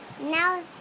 now